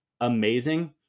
amazing